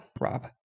Rob